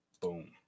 Boom